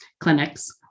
clinics